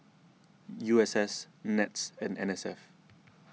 U S S NETS and N S F